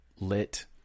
lit